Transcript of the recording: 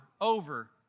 over